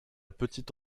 petite